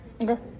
Okay